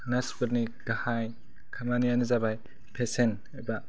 नार्सफोरनि गाहाय खामानिआनो जाबाय पेसेन्ट एबा